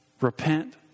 Repent